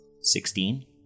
Sixteen